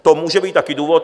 To může být taky důvod.